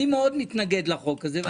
אני מאוד מתנגד להצעת החוק הזאת.